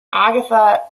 agatha